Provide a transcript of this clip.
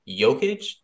Jokic